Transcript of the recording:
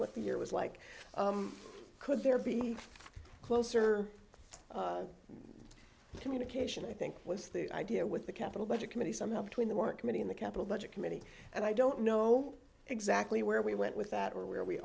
what the year was like could there be closer communication i think was the idea with the capital budget committee somehow between the work committee in the capital budget committee and i don't know exactly where we went with that or where we